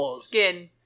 skin